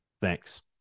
Thanks